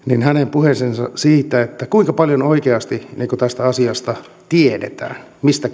puheeseen siitä kuinka paljon oikeasti tiedetään tästä asiasta mistä